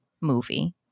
movie